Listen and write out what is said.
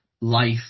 life